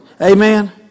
Amen